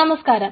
നമസ്കാരം